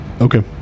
Okay